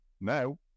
Now